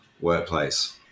workplace